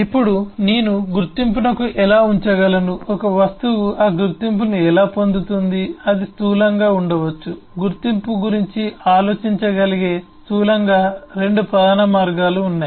ఇప్పుడు నేను గుర్తింపును ఎలా ఉంచగలను ఒక వస్తువు ఆ గుర్తింపును ఎలా పొందుతుంది అది స్థూలంగా ఉండవచ్చు గుర్తింపు గురించి ఆలోచించగలిగే స్థూలంగా 2 ప్రధాన మార్గాలు ఉన్నాయి